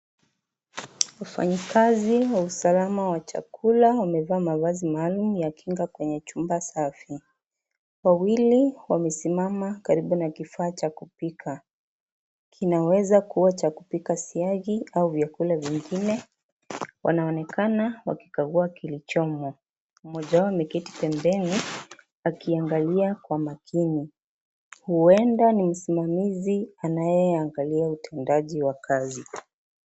Wafanyi kazi wa usalama wa chakula wamevaa mavazi maalumu ya kinga kwenye chumba safi. Wawili wamesimama karibu na kifaa cha kupika. Kinaweza kuwa cha kupika siagi au vyakula vingine. Wanaonekana wakikagua kilichomo. Mmoja wao ameketi pembeni akiangalia kwa makini. Huenda ni msimamizi anayeangalia utendaji wa kazi.